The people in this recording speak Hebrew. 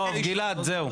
טוב, גלעד, זהו.